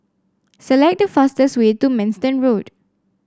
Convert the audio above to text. select the fastest way to Manston Road